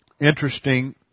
interesting